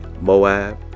Moab